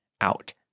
out